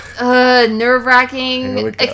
nerve-wracking